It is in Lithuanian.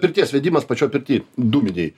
pirties vedimas pačioj pirty dūminėj